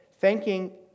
thanking